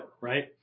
right